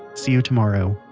see you tomorrow,